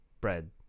bread